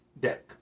deck